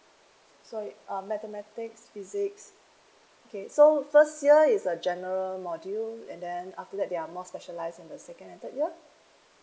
sorry um mathematics physics okay so first year is a general module and then after that they are more specialise in the second and third year